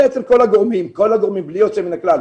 בעצם יש הסכמה של כל הגורמים בלי יוצא מהכלל.